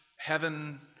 heaven